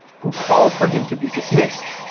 who called for him to be dismissed.